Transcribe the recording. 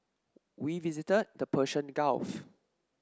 we visited the Persian Gulf